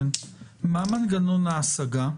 מה מנגנון ההשגה?